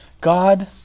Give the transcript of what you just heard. God